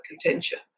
contention